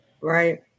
right